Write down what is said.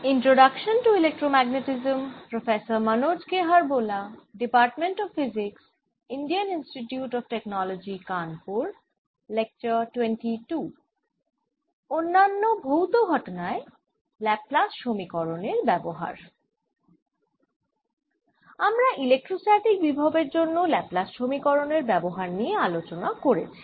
আমরা ইলেট্রোস্ট্যাটিক বিভবের জন্য ল্যাপ্লাস সমীকরণ এর ব্যবহার নিয়ে আলোচনা করেছি